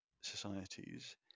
societies